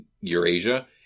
Eurasia